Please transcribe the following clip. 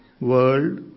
world